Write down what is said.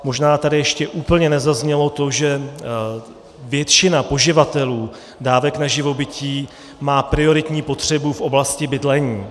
Možná tady ještě úplně nezaznělo to, že většina poživatelů dávek na živobytí má prioritní potřebu v oblasti bydlení.